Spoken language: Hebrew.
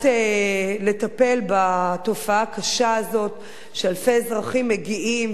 לטפל בתופעה הקשה הזאת שאלפי אזרחים מגיעים,